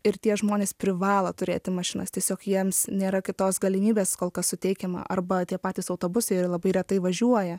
ir tie žmonės privalo turėti mašinas tiesiog jiems nėra kitos galimybės kol kas suteikiama arba tie patys autobusai ir labai retai važiuoja